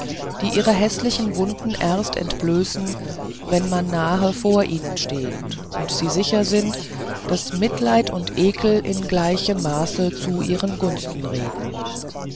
die ihre häßlichen wunden erst entblößen wenn man nahe vor ihnen steht und sie sicher sind daß mitleid und ekel in gleichem maße zu ihren gunsten reden